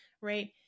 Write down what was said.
right